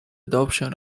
adoption